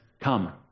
come